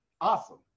awesome